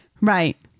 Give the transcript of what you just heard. Right